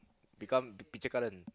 become the picture current